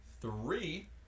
three